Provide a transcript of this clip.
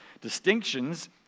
Distinctions